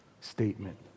statement